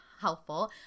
helpful